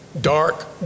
dark